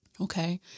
okay